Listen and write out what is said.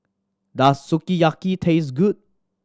does Sukiyaki taste good